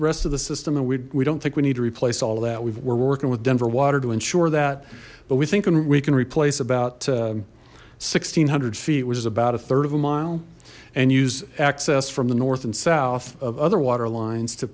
assist of the system and we we don't think we need to replace all that we're working with denver water to ensure that but we thinking we can replace about one thousand six hundred feet which is about a third of a mile and use access from the north and south of other water lines to